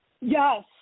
Yes